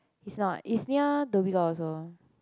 is not is near Dhoby-Ghaut also